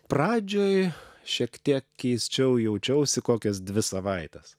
pradžioj šiek tiek keisčiau jaučiausi kokias dvi savaites